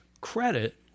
credit